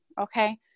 Okay